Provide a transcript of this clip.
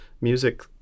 music